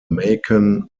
macon